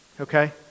Okay